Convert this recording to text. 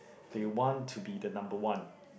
they want to be the number one